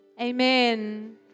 amen